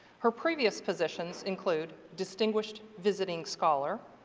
her previous positions include distinguished visiting scholar,